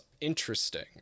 interesting